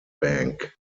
bank